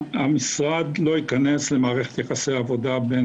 המשרד לא ייכנס למערכת יחסי העבודה בין